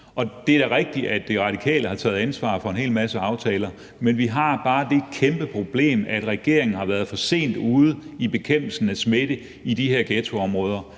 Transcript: Det er da rigtigt, at De Radikale har taget ansvar for en hel masse aftaler, men vi har bare det kæmpeproblem, at regeringen har været for sent ude i bekæmpelsen af smitte i de her ghettoområder,